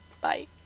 bye